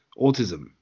autism